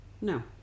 No